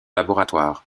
laboratoire